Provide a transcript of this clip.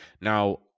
Now